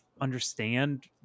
understand